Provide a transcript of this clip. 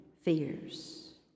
fears